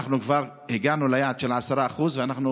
אנחנו כבר הגענו ליעד של 10% ואנחנו